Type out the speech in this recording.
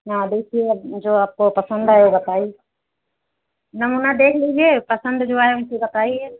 हाँ तो इसलिए जो आपको पसंद आए उ बताई नमूना देख लीजिए पसंद जो आए उ चीज बताइए